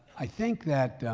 i think that